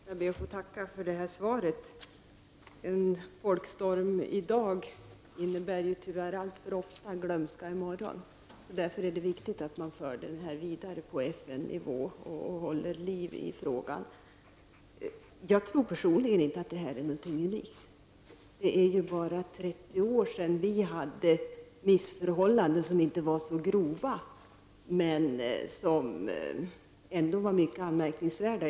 Herr talman! Jag ber att få tacka för svaret. En folkstorm i dag innebär tyvärr alltför ofta en glömska i morgon. Därför är det viktigt att man för den här frågan vidare till FN-nivå och håller liv i den. Jag tror personligen inte att denna situation är unik. Det är bara 30 år sedan vi i Sverige hade missförhållanden, som inte var så grova men som ändå var mycket anmärkningsvärda.